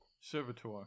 servitor